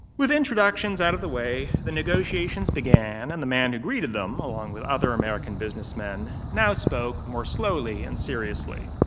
with introductions out of the way, the negotiations began and the man who greeted them, along with other american businessmen, now spoke more slowly and seriously.